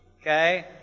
Okay